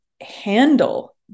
handle